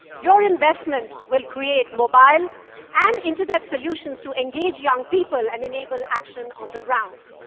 your investment will create mobile and internet solutions to engage young people and enable action on the ground.